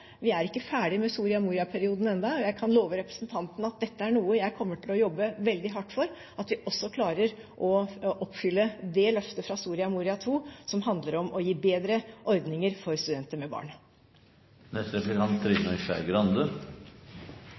Vi er ikke ferdige med Soria Moria-perioden ennå. Jeg kan love representanten at dette er noe jeg kommer til å jobbe veldig hardt for, at vi også klarer å oppfylle det løftet fra Soria Moria II som handler om å gi bedre ordninger for studenter med barn.